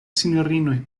sinjorinoj